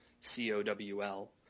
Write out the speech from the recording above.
C-O-W-L